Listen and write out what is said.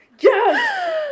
Yes